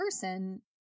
person